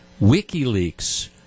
WikiLeaks